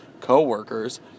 Co-workers